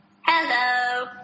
hello